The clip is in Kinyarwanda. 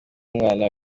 n’umwana